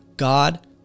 God